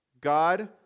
God